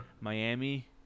Miami